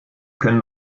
können